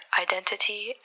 identity